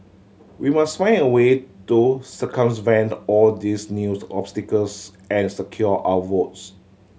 we must find a way to all these new obstacles and secure our votes